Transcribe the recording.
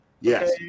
Yes